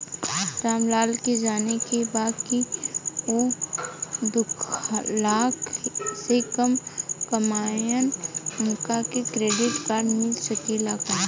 राम लाल के जाने के बा की ऊ दूलाख से कम कमायेन उनका के क्रेडिट कार्ड मिल सके ला?